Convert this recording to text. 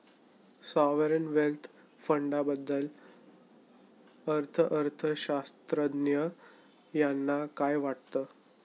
Sovereign wealth फंडाबद्दल अर्थअर्थशास्त्रज्ञ यांना काय वाटतं?